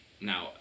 Now